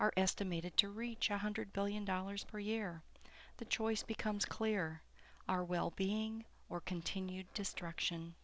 are estimated to reach one hundred billion dollars per year the choice becomes clear our well being or continued destruction